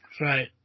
right